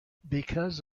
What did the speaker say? because